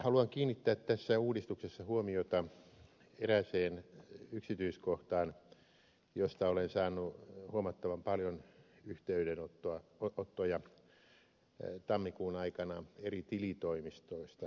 haluan kiinnittää tässä uudistuksessa huomiota erääseen yksityiskohtaan josta olen saanut huomattavan paljon yhteydenottoja tammikuun aikana tilitoimistoista ympäri suomea